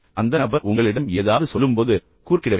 அந்த நபர் உங்களிடம் ஏதாவது சொல்லும்போது குறுக்கிட வேண்டாம்